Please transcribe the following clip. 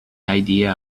idea